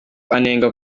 anenga